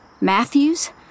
Matthew's